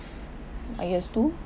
I guess two